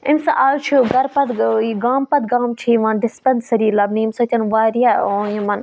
امہِ سۭتۍ آز چھُ گَرٕ پَتہٕ یہِ گامہٕ پَتہٕ گامہٕ چھِ یِوان ڈِسپینسٔری لَبنہٕ ییٚمہِ سۭتۍ واریاہ یِمَن